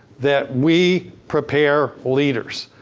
that we prepare leaders.